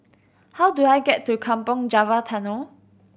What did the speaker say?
how do I get to Kampong Java Tunnel